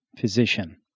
physician